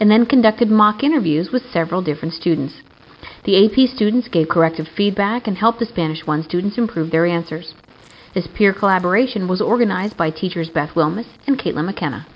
and then conducted mock interviews with several different students the a p student gave corrective feedback and helped the spanish one students improve their answers this peer collaboration was organized by teachers back and caitlin mckenna